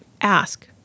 ask